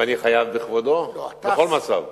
ואני חייב בכבודו בכל מצב.